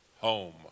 home